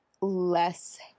less